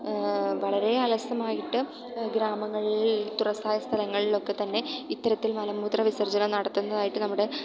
വളരെ അലസമായിട്ട് ഗ്രാമങ്ങളിൽ തുറസായ സ്ഥലങ്ങളിൽ ഒക്കെ തന്നെ ഇത്തരത്തിൽ മലമൂത്ര വിസർജനം നടത്തുന്നതായിട്ട് നമ്മുടെ